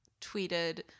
tweeted